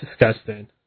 disgusting